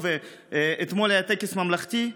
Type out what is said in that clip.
אתמול היה טקס ממלכתי,